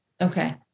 okay